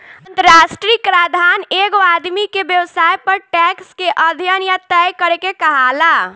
अंतरराष्ट्रीय कराधान एगो आदमी के व्यवसाय पर टैक्स के अध्यन या तय करे के कहाला